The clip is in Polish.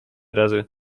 razy